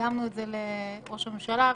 וקידמנו את זה לראש הממשלה.